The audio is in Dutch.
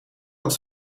dat